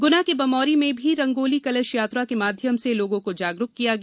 गुना के बमोरी में भी रंगोली कलश यात्रा के माध्यम से लोगों को जागरूक किया गया